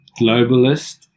globalist